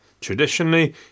Traditionally